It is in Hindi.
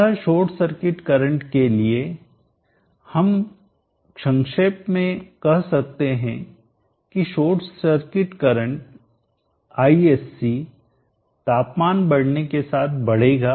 अतः शॉर्ट सर्किट करंट के लिए हम संक्षेप में कह सकते हैं कि शॉर्टसर्किट करंट Isc तापमान बढ़ने के साथ बढ़ेगा